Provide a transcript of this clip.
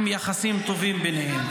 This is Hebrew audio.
עם יחסים טובים ביניהם.